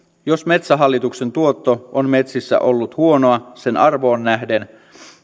jos metsähallituksen tuotto on metsissä ollut huonoa sen arvoon nähden